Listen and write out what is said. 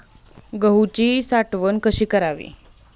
गहूची साठवण कशी करावी?